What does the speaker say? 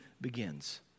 begins